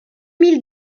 mille